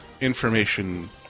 information